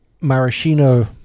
Maraschino